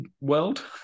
world